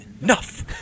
Enough